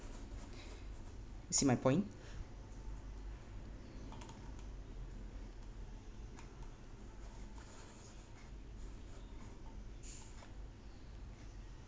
see my point